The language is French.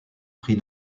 prix